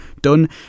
done